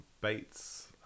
Bates